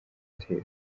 gitero